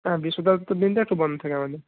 হ্যাঁ বৃহস্পতিবার দিনটা একটু বন্ধ থাকে আমাদের